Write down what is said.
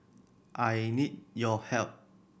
I need your help